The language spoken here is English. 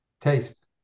Taste